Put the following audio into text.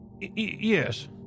yes